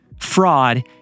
fraud